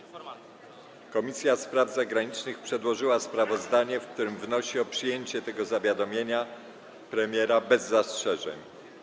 Komisja Spraw Zagranicznych przedłożyła sprawozdanie, w którym wnosi o przyjęcie tego zawiadomienia premiera bez zastrzeżeń.